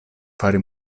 fari